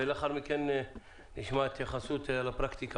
ולאחר מכן נשמע התייחסות לפרקטיקה,